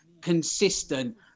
consistent